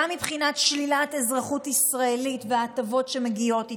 גם מבחינת שלילת אזרחות ישראלית וההטבות שמגיעות איתן.